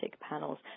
panels